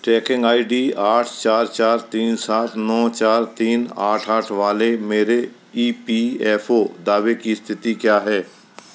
trekking I D आठ चार चार तीन सात नौ चार तीन आठ आठ वाले मेरे ई पी एफ़ ओ दावे की स्थिति क्या है